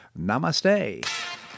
Namaste